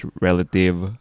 relative